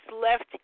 left